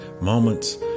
moments